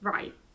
Right